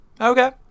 Okay